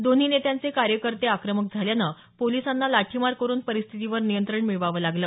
दोन्ही नेत्यांचे कार्यकर्ते आक्रमक झाल्यानं पोलिसांना लाठीमार करून परिस्थितीवर नियंत्रण मिळवावं लागलं